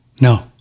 No